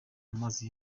amazi